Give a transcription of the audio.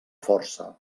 força